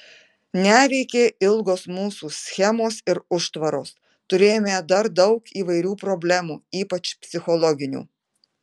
neveikė ilgos mūsų schemos ir užtvaros turėjome dar daug įvairių problemų ypač psichologinių